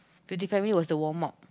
fifty five minutes was the warm up